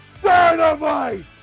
Dynamite